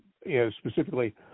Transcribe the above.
specifically